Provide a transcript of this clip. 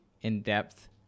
in-depth